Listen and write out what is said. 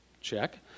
check